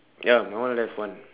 ya my one left one